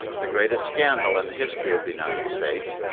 the greatest scandal in the history of the united states,